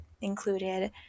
included